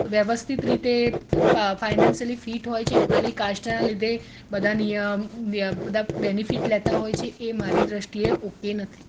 વ્યવસ્થિત રીતે ફ ફાઇનાન્સીયલી ફીટ હોય છે ખાલી કાસ્ટનાં લીધે બધા નિય મ બધા બેનિફિટ લેતા હોય છે એ મારી દૃષ્ટિએ ઓકે નથી